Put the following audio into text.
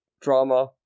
drama